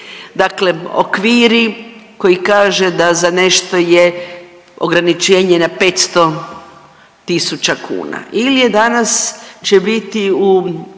Dakle, okviri koji kaže da za nešto je ograničenje na 500 000 kuna